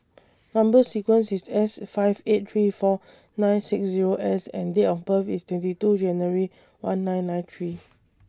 Number sequence IS S five eight three four nine six Zero S and Date of birth IS twenty two January one nine nine three's